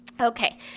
Okay